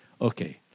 Okay